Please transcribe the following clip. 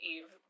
Eve